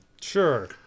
Sure